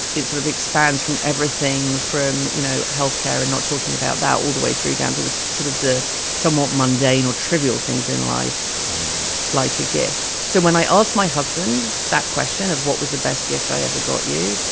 it sort of expands from everything from, you know, health care and not talking about that all the way through down to the sort of the somewhat mundane or trivial things in life like a gift. so when i asked my husband that question of what was the best gift i ever got you,